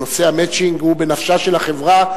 נושא ה"מצ'ינג" הוא בנפשה של החברה.